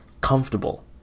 comfortable